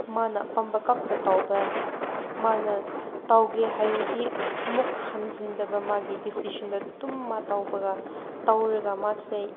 ꯃꯥꯅ ꯑꯄꯥꯝꯕ ꯈꯛꯇ ꯇꯧꯕ ꯃꯥꯅ ꯇꯧꯒꯦ ꯍꯥꯏꯔꯗꯤ ꯑꯃꯨꯛ ꯍꯟꯖꯤꯟꯗꯕ ꯃꯥꯒꯤ ꯗꯤꯁꯤꯖꯟꯗ ꯑꯗꯨꯝ ꯃꯥ ꯇꯧꯕꯒ ꯇꯧꯔꯒ ꯃꯥꯁꯦ